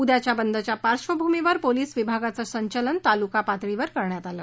उद्याच्या बंदच्या पार्श्वभूमीवर पोलिस विभागाचं संचलन ताल्का पातळीवर करण्यात आलं